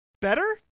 Better